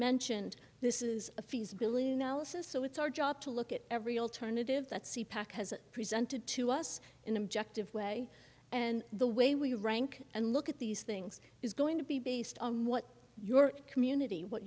mentioned this is a feasibility analysis so it's our job to look at every alternative that c packer has presented to us in an objective way and the way we rank and look at these things is going to be based on what your community what